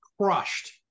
crushed